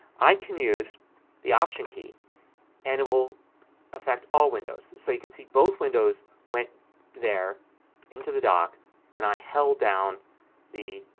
i can use the option key and it will affect all windows. so you can see both windows went there into the dock when i held down the